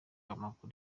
amakuru